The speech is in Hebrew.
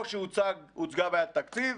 או שהוצגה בעיית תקציב